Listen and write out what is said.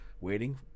waiting